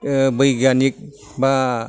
ओह बैगानिक बा